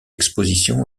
expositions